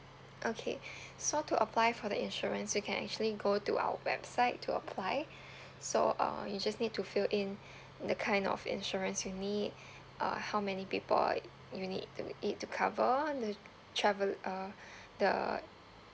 okay so to apply for the insurance you can actually go to our website to apply so uh you just need to fill in the kind of insurance you need uh how many people you need to it to cover on the travel uh the